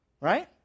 Right